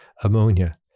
ammonia